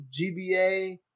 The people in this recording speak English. GBA